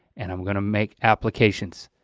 and i'm gonna make applications.